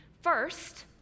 First